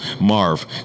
Marv